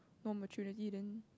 no opportunity then